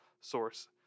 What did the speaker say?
source